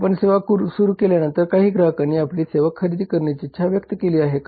आपण सेवा सुरु केल्यावर काही ग्राहकांनी आपली सेवा खरेदी करण्याची इच्छा व्यक्त केली आहे का